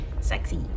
Sexy